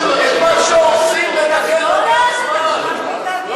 את מה שהורסים בנקל לא, לא, לא,